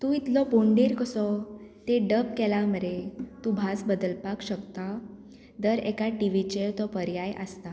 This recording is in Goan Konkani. तूं इतलो बोंडेर कसो ते डब केला मरे तूं भास बदलपाक शकता दर एका टिवीचेर तो पर्याय आसता